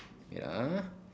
wait ah